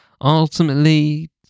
ultimately